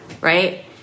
right